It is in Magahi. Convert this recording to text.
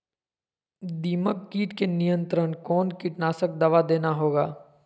दीमक किट के नियंत्रण कौन कीटनाशक दवा देना होगा?